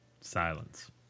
Silence